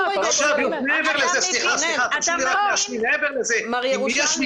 מעבר לזה אם יש מקרים